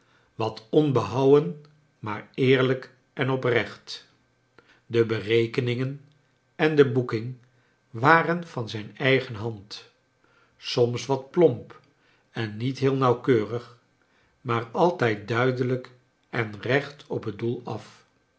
wat onbehouwen maar eerlijk en oprecht de berekeningen en de boeking waren van zijn eigen hand soms wat plomp en niet heel nauwkeurig maar altijd duidelijk en reoht op het doel af